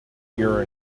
your